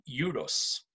euros